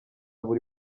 buri